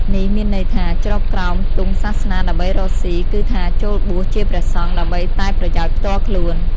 នេះមានន័យថា ជ្រកក្រោមទង់សាសនាដើម្បីរកស៊ី គឺថាចូលបួសជាព្រះសង្ឃដើម្បីតែប្រយោជន៍ផ្ទាល់ខ្លួន។